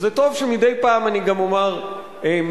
זה טוב שמדי פעם אני גם אומר מלה